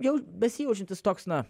jau besijaučiantis toks na